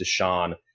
Deshaun